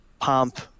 pomp